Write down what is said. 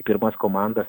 pirmas komandas